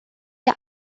der